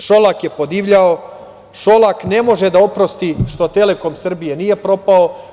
Šolak je podivljao, Šolak ne može da oprosti što „Telekom Srbija“ nije propao.